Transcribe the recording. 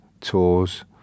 tours